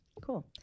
Cool